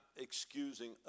excusing